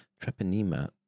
Treponema